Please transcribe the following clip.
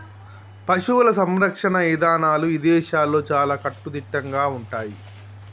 పశువుల సంరక్షణ ఇదానాలు ఇదేశాల్లో చాలా కట్టుదిట్టంగా ఉంటయ్యి